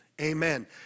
Amen